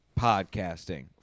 podcasting